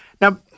Now